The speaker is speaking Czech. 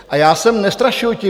A já jsem nestrašil tím...